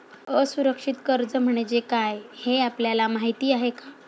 असुरक्षित कर्ज म्हणजे काय हे आपल्याला माहिती आहे का?